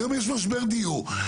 היום יש משבר דיון,